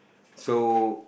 so